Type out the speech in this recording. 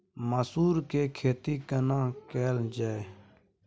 मसूर के खेती केना कैल जाय?